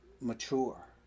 mature